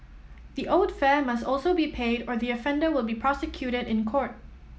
the owed fare must also be paid or the offender will be prosecuted in court